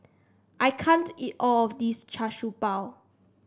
I can't eat all of this Char Siew Bao